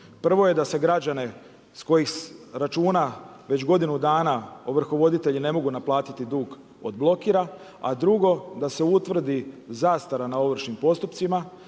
Prvo je da se građane s kojih se računa već godinu dana ovrhovoditelji ne mogu naplatiti dug odblokira, a drugo da se utvrdi zastara na ovršnim postupcima,